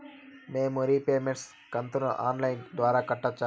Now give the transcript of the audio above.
మేము రీపేమెంట్ కంతును online ద్వారా కట్టొచ్చా